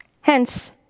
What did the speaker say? Hence